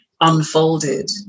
unfolded